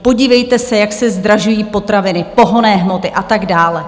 Podívejte se, jak se zdražují potraviny, pohonné hmoty a tak dále.